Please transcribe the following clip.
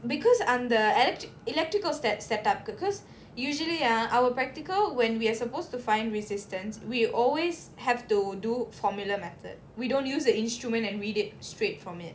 because அந்த:antha electric electrical set set up because usually ah our practical when we are supposed to find resistance we always have to do formula method we don't use the instrument and read it straight from it